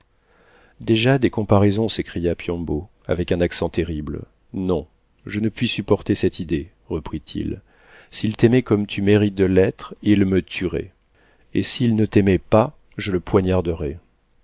déjà des comparaisons s'écria piombo avec un accent terrible non je ne puis supporter cette idée reprit-il s'il t'aimait comme tu mérites de l'être il me tuerait et s'il ne t'aimait pas je le poignarderais